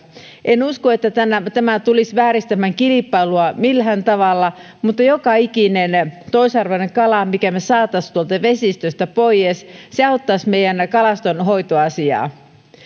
en usko että tämä tulisi vääristämään kilpailua millään tavalla mutta joka ikinen toisarvoinen kala minkä me saisimme tuolta vesistöstä pois auttaisi meidän kalastonhoitoasiaamme